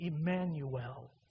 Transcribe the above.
Emmanuel